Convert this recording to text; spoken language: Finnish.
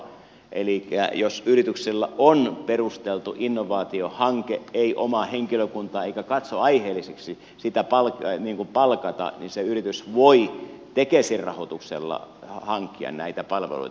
elikkä jos yrityksellä on perusteltu innovaatiohanke ei ole omaa henkilökuntaa eikä se katso aiheelliseksi sitä palkata niin se yritys voi tekesin rahoituksella hankkia näitä palveluita